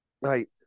right